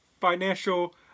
Financial